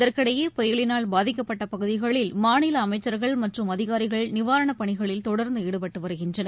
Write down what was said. இதற்கிடையே புயலினால் பாதிக்கப்பட்டபகுதிகளில் மாநிலஅமைச்சர்கள் மற்றும் அதிகாரிகள் நிவாரணப் பணிகளில் தொடர்ந்துஈடுபட்டுவருகின்றனர்